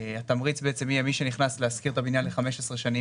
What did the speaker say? התמריץ בעצם יהיה מי שנכנס להשכיר את הבניין ל-15 שנים